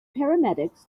paramedics